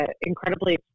incredibly